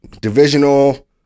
divisional